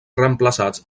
reemplaçats